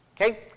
Okay